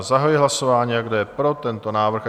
Zahajuji hlasování, a kdo je pro tento návrh?